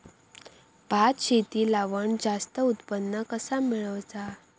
भात शेती लावण जास्त उत्पन्न कसा मेळवचा?